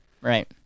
right